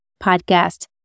podcast